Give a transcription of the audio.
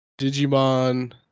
Digimon